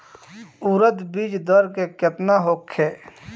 उरद बीज दर केतना होखे?